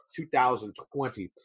2020